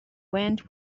went